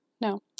No